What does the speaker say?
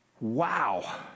Wow